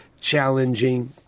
challenging